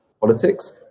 politics